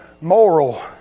moral